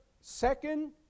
second